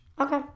Okay